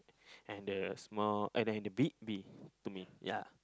and the small and then the big B to me ya